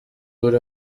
buri